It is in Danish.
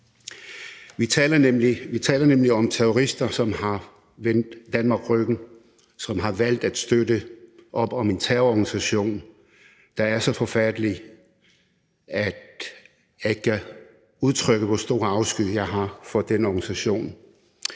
Vi taler nemlig om terrorister, som har vendt Danmark ryggen, og som har valgt at støtte op om en terrororganisation, der er så forfærdelig, at jeg ikke kan udtrykke, hvor stor afsky jeg har for den organisation.